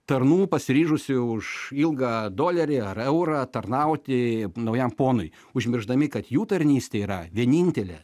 tarnų pasiryžusių už ilgą dolerį ar eurą tarnauti naujam ponui užmiršdami kad jų tarnystė yra vienintelė